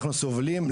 אנחנו סובלים.